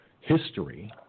history